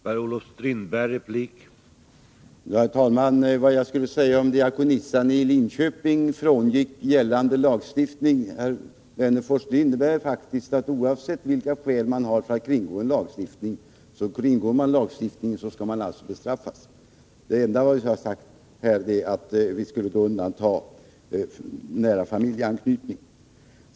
Herr talman! Beträffande vad jag skulle säga om diakonissan i Linköping bröt mot gällande lagstiftning: Oavsett vilka skäl man har för att kringgå lagstiftningen skall man bestraffas för att man kringgår den. Det enda undantag vi har talat om gäller nära familjeanknytning.